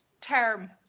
term